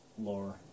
lore